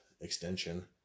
extension